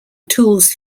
tools